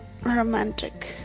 Romantic